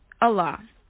Allah